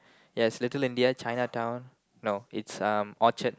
yes Little-India Chinatown no it's um Orchard